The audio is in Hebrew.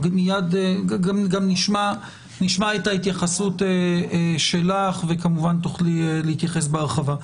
נשמע את ההתייחסות שלך וכמובן תוכלי להתייחס בהרחבה.